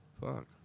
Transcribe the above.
Fuck